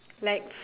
like